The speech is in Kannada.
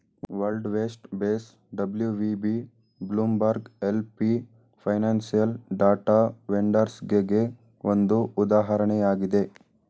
world west base WVB, Bloomberg LP financial data ವೆಂಡರ್ಸ್ಗೆಗೆ ಒಂದು ಉದಾಹರಣೆಯಾಗಿದೆ